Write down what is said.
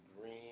green